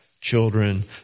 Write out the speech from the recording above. children